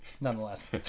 nonetheless